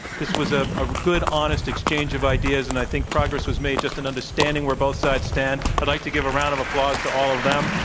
this was ah a good, honest exchange of ideas, and i think progress was made just in understanding where both sides stand. i'd like to give a round of applause to all of them.